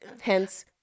Hence